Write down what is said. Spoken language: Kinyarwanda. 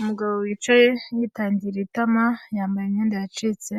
Umugabo wicaye yitangiriye itama, yambaye imyenda yacitse,